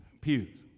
pews